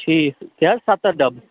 ٹھیٖک کیٛاہ حظ سَتَتھ ڈَبہٕ